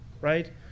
right